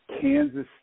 Kansas